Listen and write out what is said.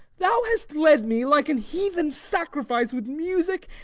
thou hast led me, like an heathen sacrifice, with music,